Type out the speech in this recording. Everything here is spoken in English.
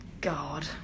God